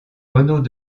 renaud